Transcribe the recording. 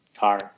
car